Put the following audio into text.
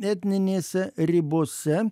etninėse ribose